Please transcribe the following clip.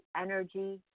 energy